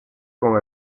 con